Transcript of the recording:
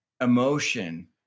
emotion